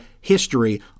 history